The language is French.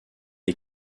est